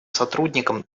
сотрудникам